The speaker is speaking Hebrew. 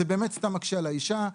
זה באמת סתם מקשה סתם על האישה.